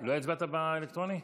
הצבעת באלקטרוני?